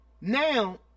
Now